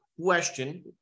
question